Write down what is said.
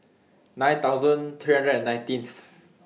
nine thousand three hundred and nineteenth